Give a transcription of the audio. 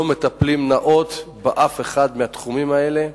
לא מטפלים באופן נאות באף אחד מהתחומים האלה.